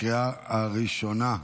תודה.